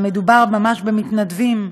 מדובר ממש במתנדבים,